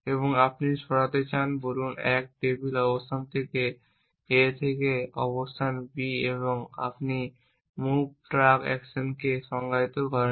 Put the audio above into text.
এবং আপনি সরাতে চান বলুন 1 টেবিল অবস্থান a থেকে অবস্থান b এবং আপনি মুভ ট্রাক অ্যাকশনকে সংজ্ঞায়িত করেন